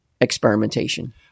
experimentation